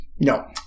No